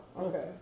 okay